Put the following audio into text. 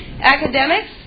Academics